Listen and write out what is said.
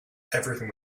everything